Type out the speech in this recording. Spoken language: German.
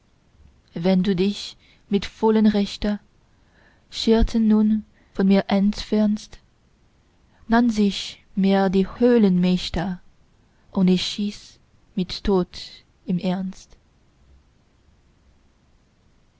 wenn du dich mit vollem rechte scherzend nun von mir entfernst nahn sich mir die höllenmächte und ich schieß mich tot im ernst